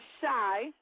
Shy